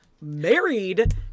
married